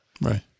Right